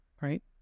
right